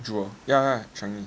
Jewel ya ya Changi